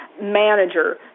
manager